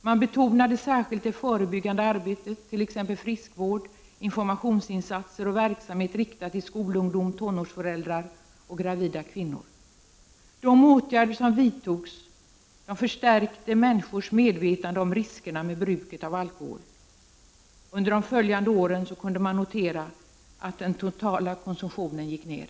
Man betonade särskilt det förebyggande arbetet — t.ex. friskvård, informationsinsatser och verksamhet riktad till skolungdom, tonårsföräldrar och gravida kvinnor. De åtgärder som vidtogs förstärkte människors medvetande om riskerna med bruket av alkohol. Under de följande åren kunde man notera att den totala konsumtionen gick ned.